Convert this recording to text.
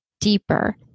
deeper